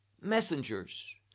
messengers